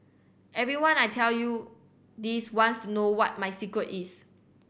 everyone I tell you this wants to know what my secret is